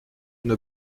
une